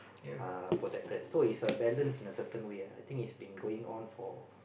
uh protected so it's a balance in a certain way I think it's been going on for